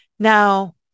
Now